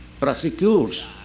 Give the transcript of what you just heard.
prosecutes